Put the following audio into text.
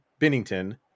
Binnington